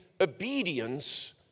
obedience